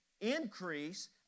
increase